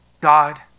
God